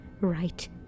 right